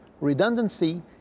redundancy